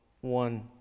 one